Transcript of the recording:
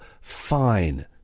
fine